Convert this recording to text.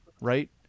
right